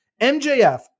MJF